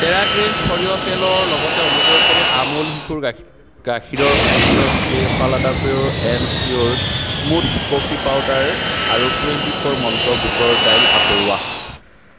Terra greens সৰিয়হ তেলৰ লগতে অনুগ্ৰহ কৰি আমুল শিশুৰ গাখীৰৰ খাদ্যৰ স্প্ৰে ফালাডা pure and sure smooth coffee powder আৰু টুৱেণ্টি ফ'ৰ মন্ত্ৰ বুটৰ দাইল আঁতৰোৱা